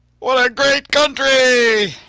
what a great country!